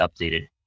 updated